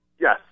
Yes